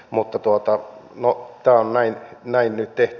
mutta tämä on näin nyt tehty